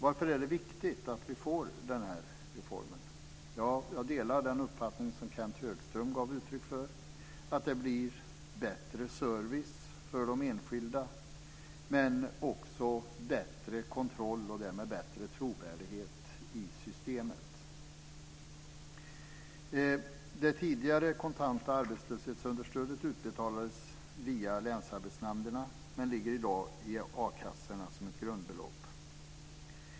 Varför är det viktigt att vi får den här reformen? Jag delar den uppfattning som Kenth Högström gav uttryck för, att det blir bättre service för de enskilda men också bättre kontroll, och därmed bättre trovärdighet, i systemet. Det tidigare kontanta arbetslöshetsunderstödet utbetalades via länsarbetsnämnderna men ligger i dag i a-kassorna som ett grundbelopp.